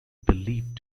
believed